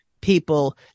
people